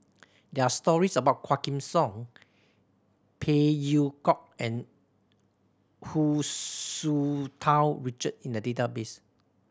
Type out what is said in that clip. there are stories about Quah Kim Song Phey Yew Kok and Hu Tsu Tau Richard in the database